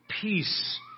peace